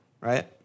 right